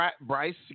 Bryce